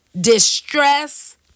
distress